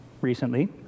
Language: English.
recently